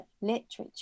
literature